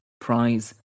Prize